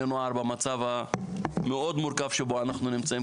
נוער במצב המאוד מורכב שבו אנחנו נמצאים,